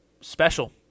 special